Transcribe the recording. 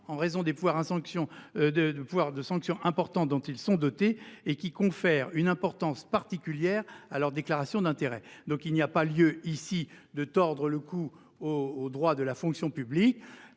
en raison des pouvoirs de sanction importants dont ils sont dotés et qui confèrent une importance particulière à leur déclaration d’intérêts. Il n’y a donc pas lieu, en l’espèce, de tordre le cou au droit de la fonction publique.